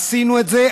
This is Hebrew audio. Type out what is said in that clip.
עשינו את זה,